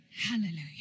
Hallelujah